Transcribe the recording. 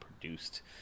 produced